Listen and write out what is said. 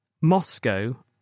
Moscow